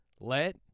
Let